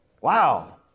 Wow